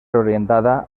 orientada